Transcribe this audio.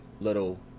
little